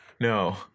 no